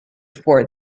for